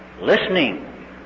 listening